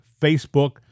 Facebook